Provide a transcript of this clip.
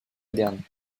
moderne